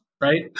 right